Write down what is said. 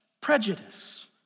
prejudice